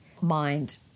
mind